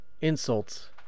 insults